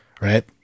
Right